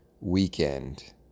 weekend